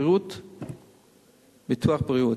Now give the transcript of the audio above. ביטוח בריאות.